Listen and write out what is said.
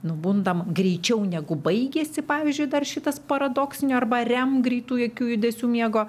nubundam greičiau negu baigėsi pavyzdžiui dar šitas paradoksinio arba rem greitų akių judesių miego